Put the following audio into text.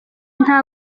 nta